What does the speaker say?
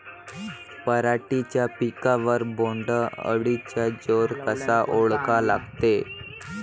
पराटीच्या पिकावर बोण्ड अळीचा जोर कसा ओळखा लागते?